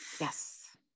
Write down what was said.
Yes